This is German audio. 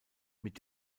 mit